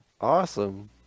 Awesome